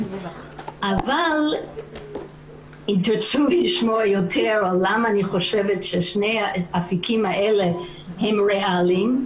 אבל אם תרצו לשמוע יותר למה אני חושבת ששני האפיקים האלה הם ריאליים,